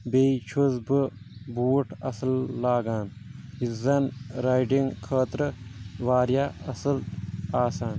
بییٚہِ چھُس بہٕ بوٗٹھ اصٕل لاگان یُس زن رایٚڈنگ خٲطرٕ واریاہ اصٕل آسان